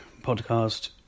podcast